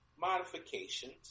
modifications